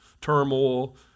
turmoil